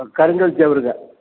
ஆ கருங்கல் செவருங்க